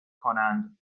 کنند